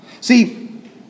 See